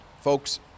folks